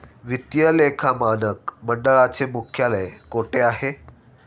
वित्तीय लेखा मानक मंडळाचे मुख्यालय कोठे आहे?